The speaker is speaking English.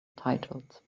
titled